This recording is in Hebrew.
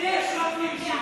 ישבתי עם שולי.